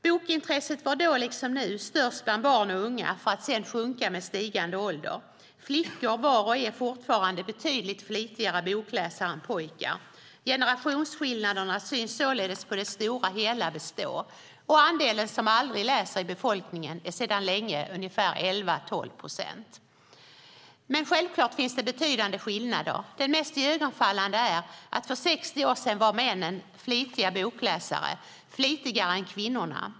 Bokintresset var då liksom nu störst bland barn och unga för att sedan sjunka med stigande ålder. Flickor var och är fortfarande betydligt flitigare bokläsare än pojkar. Generationsskillnaderna synes således på det stora hela bestå. Andelen av befolkningen som aldrig läser är sedan länge 11-12 procent. Men självklart finns det betydande skillnader. Den mest iögonfallande är att för 60 år sedan var männen flitiga bokläsare och flitigare än kvinnorna.